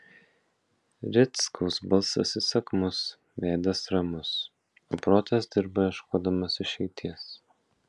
rickaus balsas įsakmus veidas ramus o protas dirba ieškodamas išeities